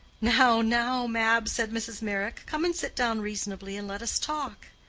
now, now, mab! said mrs. meyrick come and sit down reasonably and let us talk?